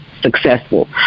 successful